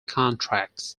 contracts